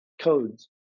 codes